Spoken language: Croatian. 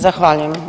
Zahvaljujem.